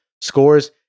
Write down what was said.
scores